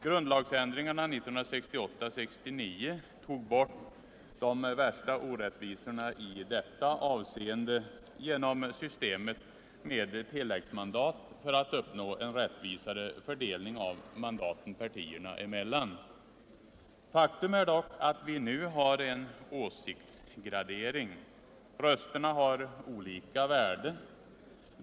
Grundlagsändringen 1968-1969 tog bort de värsta orättvisorna i detta avseende, genom systemet med tilläggsmandat för fördelning partierna emellan. Faktum är dock att vi nu har en åsiktsgradering. Rösterna har olika värde.